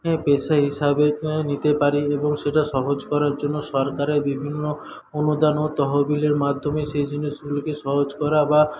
পেশা হিসাবে নিতে পারি এবং সেটা সহজ করার জন্য সরকারের বিভিন্ন অনুদান ও তহবিলের মাধ্যমে সেই জিনিসগুলিকে সহজ করা বা